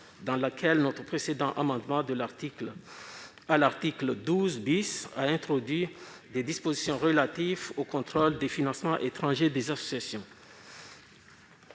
dans laquelle notre précédent amendement à l'article 12 visait à introduire des dispositions relatives au contrôle des financements étrangers des associations.